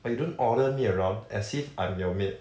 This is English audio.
but you don't order me around as if I'm your maid